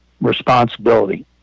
responsibility